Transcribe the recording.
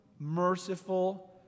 merciful